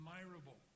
admirable